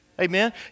Amen